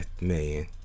Man